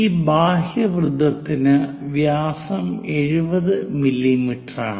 ഈ ബാഹ്യ വൃത്തത്തിന് വ്യാസം 70 മില്ലീമീറ്ററാണ്